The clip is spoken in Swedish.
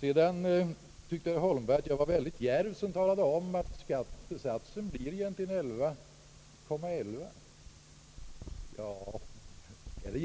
Herr Holmberg tyckte att jag var mycket djärv som talade om att skattesatsen egentligen blir 11,11 procent.